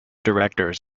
directors